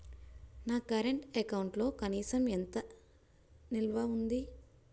నా కరెంట్ అకౌంట్లో కనీస నిల్వ ఎంత?